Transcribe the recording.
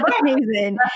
amazing